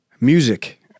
music